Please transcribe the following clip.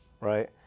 right